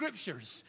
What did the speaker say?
scriptures